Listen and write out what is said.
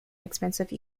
expensive